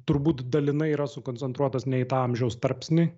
turbūt dalinai yra sukoncentruotas ne į tą amžiaus tarpsnį